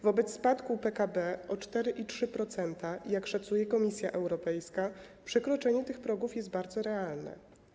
Wobec spadku PKB o 4,3%, jak szacuje Komisja Europejska, przekroczenie tych progów jest bardzo realne.